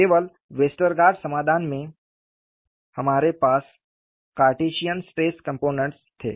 केवल वेस्टरगार्ड समाधान में हमारे पास कार्टेशियन स्ट्रेस कंपोनेंट्स थे